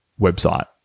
website